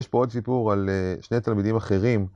יש פה עוד סיפור על שני תלמידים אחרים.